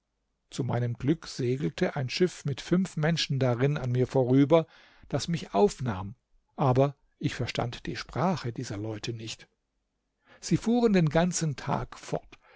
zu meinem glück segelte ein schiff mit fünf menschen darin an mir vorüber das mich aufnahm aber ich verstand die sprache dieser leute nicht sie fuhren den ganzen tag fort